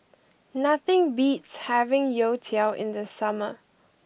nothing beats having Youtiao in the summer